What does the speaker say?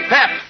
Pep